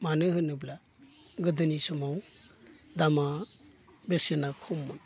मानो होनोब्ला गोदोनि समाव दामा बेसेना खममोन